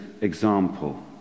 example